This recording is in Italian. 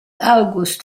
august